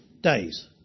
days